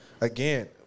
again